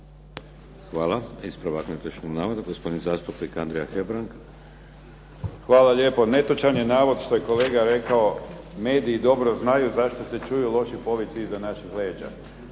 Hebrang. **Hebrang, Andrija (HDZ)** Hvala lijepo. Netočan je navod što je kolega rekao, mediji dobro znaju zašto se čuju loši povici iza naših leđa.